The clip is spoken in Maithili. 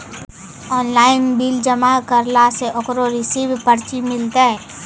ऑनलाइन बिल जमा करला से ओकरौ रिसीव पर्ची मिलतै?